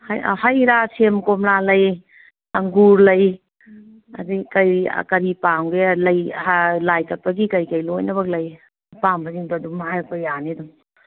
ꯍꯩꯔꯥ ꯁꯦꯝ ꯀꯣꯝꯂꯥ ꯂꯩ ꯑꯪꯒꯨꯔ ꯂꯩ ꯑꯗꯩ ꯀꯩ ꯀꯔꯤ ꯄꯥꯝꯒꯦ ꯂꯩ ꯂꯥꯏ ꯀꯠꯄꯒꯤ ꯀꯩ ꯀꯩ ꯂꯣꯏꯅꯃꯛ ꯂꯩ ꯑꯄꯥꯝꯕꯁꯤꯡꯗꯣ ꯑꯗꯨꯝ ꯍꯥꯏꯔꯛꯄ ꯌꯥꯅꯤ ꯑꯗꯨꯝ